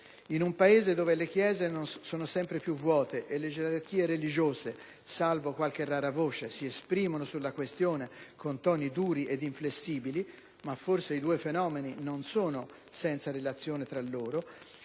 In un Paese dove le chiese sono sempre più vuote e le gerarchie religiose - salvo qualche rara voce - si esprimono sulla questione con toni duri ed inflessibili (ma forse i due fenomeni sono in relazione tra loro),